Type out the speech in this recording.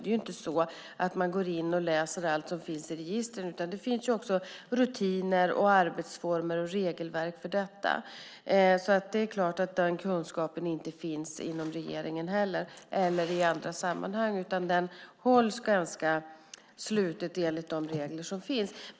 Det är inte så att man går in och läser allt som finns i registren, utan det finns rutiner, arbetsformer och regelverk för detta. Den kunskapen finns inte heller inom regeringen eller i andra sammanhang, utan den hålls ganska sluten enligt de regler som finns.